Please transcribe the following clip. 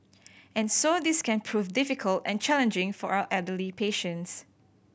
and so this can prove difficult and challenging for our elderly patients